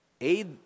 aid